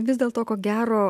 vis dėlto ko gero